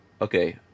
okay